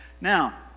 Now